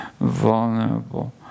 vulnerable